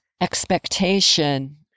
expectation